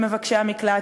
למבקשי המקלט,